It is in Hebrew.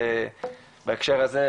בהקשר הזה,